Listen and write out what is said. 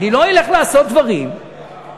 אני לא אלך לעשות דברים שהם,